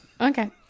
Okay